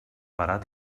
barat